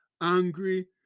angry